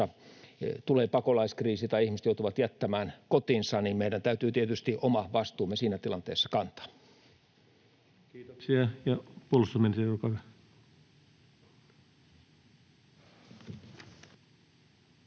tulee pakolaiskriisi tai ihmiset joutuvat jättämään kotinsa, meidän täytyy tietysti oma vastuumme siinä tilanteessa kantaa. [Speech